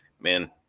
Man